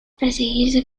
perseguir